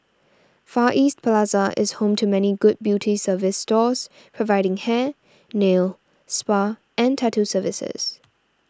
Far East Plaza is home to many good beauty service stores providing hair nail spa and tattoo services